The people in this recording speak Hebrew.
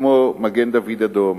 כמו מגן-דוד-אדום,